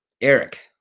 Eric